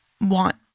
want